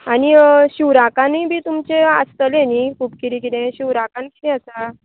आनी शिवराकानूय बी तुमचें आसतलें न्ही खूब कितें कितें शिवराकान कितें आसा